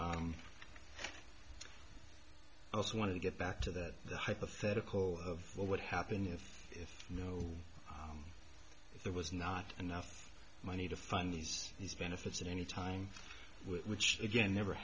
i also want to get back to that the hypothetical of what would happen if if you know if there was not enough money to fund these these benefits at any time which again never